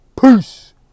Peace